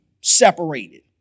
separated